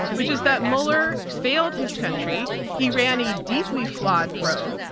which is that mueller failed his country. he ran a deeply flawed probe,